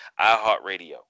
iHeartRadio